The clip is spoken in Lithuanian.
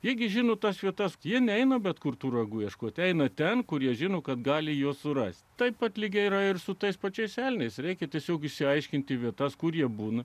jeigu žino tas vietas ji neina bet kur tų ragų ieškoti eina ten kur jie žino kad gali juos surasti taip pat lygiai yra ir su tais pačiais elniais reikia tiesiog išsiaiškinti vietas kur jie būna